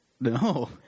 No